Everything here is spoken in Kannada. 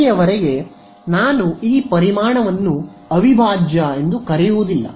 ಇಲ್ಲಿಯವರೆಗೆ ನಾನು ಈ ಪರಿಮಾಣವನ್ನು ಅವಿಭಾಜ್ಯ ಎಂದು ಕರೆಯುವುದಿಲ್ಲ